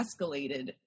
escalated